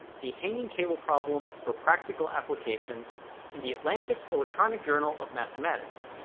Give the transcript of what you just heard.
the hanging cable problem for practical applications in the atlantic electronic journal of mathematics.